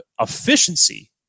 efficiency